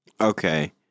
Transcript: Okay